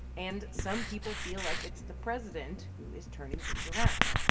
and some people feel like it's the president who is turning things around